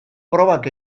probak